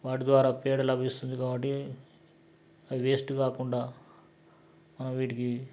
వాటి ద్వారా పేడ లభిస్తుంది కాబట్టి అది వేస్ట్ కాకుండా వీటికి